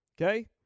okay